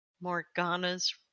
morgana's